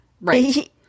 right